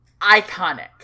iconic